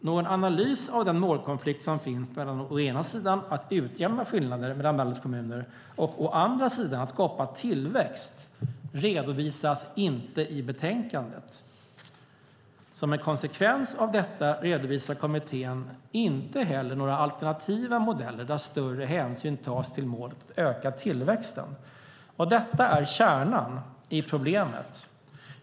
Någon analys av den målkonflikt som finns mellan å ena sidan att utjämna skillnader mellan landets kommuner och, å andra sidan, att skapa tillväxt redovisas inte i betänkandet. Som en konsekvens av detta redovisar kommittén inte heller några alternativa utjämningsmodeller där större hänsyn tas till målet att öka tillväxten." Detta är kärnan i problemet.